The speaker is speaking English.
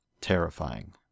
terrifying